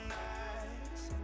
nights